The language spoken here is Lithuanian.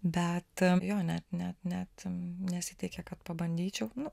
bet jo net net net nesiteikė kad pabandyčiau nu